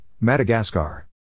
Madagascar